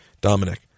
Dominic